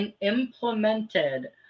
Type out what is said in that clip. implemented